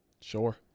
Sure